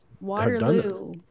Waterloo